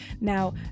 Now